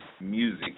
music